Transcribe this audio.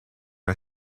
are